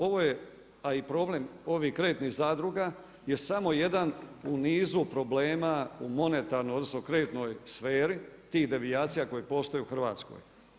Ovo je, a i problem ovih kreditnih zadruga je samo jedan u nizu problema u monetarnoj, odnosno kreditnoj sferi tih devijacija koje postoje u Hrvatskoj.